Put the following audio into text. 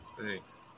Thanks